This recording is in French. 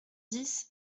dix